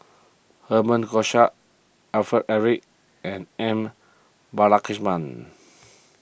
Herman Hochstadt Alfred Eric and M Balakrishnan